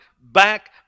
back